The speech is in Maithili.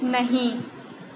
नहि